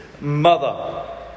mother